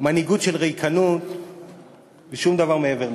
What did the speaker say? מנהיגות של ריקנות ושום דבר מעבר לזה.